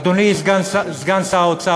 אדוני סגן שר האוצר,